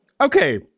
Okay